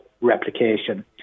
replication